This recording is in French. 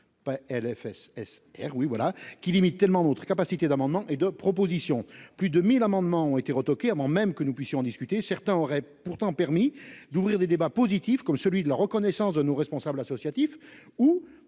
qui limite tellement votre capacité d'amendements et de propositions. Plus de 1000 amendements ont été retoqués avant même que nous puissions discuter certains aurait pourtant permis d'ouvrir des débats positifs comme celui de la reconnaissance de nos responsables associatifs ou